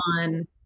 on